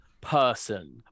person